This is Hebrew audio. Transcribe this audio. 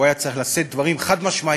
הוא היה צריך לשאת דברים חד-משמעיים